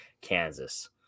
Kansas